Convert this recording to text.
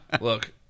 Look